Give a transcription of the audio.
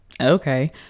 Okay